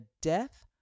death